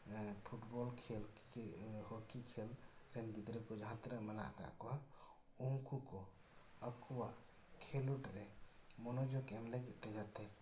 football ᱠᱷᱮᱞ hockey ᱠᱷᱮᱞ ᱨᱮᱱ ᱜᱤᱫᱽᱨᱟᱹ ᱠᱚ ᱡᱟᱦᱟᱸ ᱛᱤᱱᱟᱹᱜ ᱢᱮᱱᱟᱜ ᱟᱠᱟᱫ ᱠᱚᱣᱟ ᱩᱱᱠᱩ ᱠᱚ ᱟᱠᱚᱣᱟᱜ ᱠᱷᱮᱞᱳᱰ ᱨᱮ ᱢᱚᱱᱚᱡᱳᱜᱽ ᱮᱢ ᱞᱟᱹᱜᱤᱫ ᱛᱮ ᱡᱟᱛᱮ